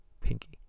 pinky